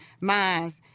minds